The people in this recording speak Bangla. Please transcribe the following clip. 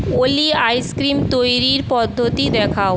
অলি আইসক্রিম তৈরির পদ্ধতি দেখাও